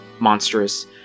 Monstrous